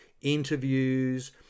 interviews